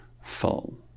full